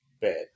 bed